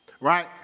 right